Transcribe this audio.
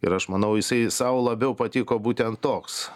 ir aš manau jisai sau labiau patiko būtent toks